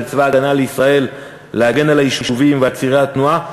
צבא הגנה לישראל להגן על היישובים ועל צירי התנועה.